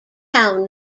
town